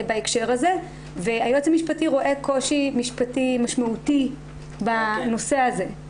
היועץ המשפטי רואה קושי משפטי משמעותי בנושא הזה.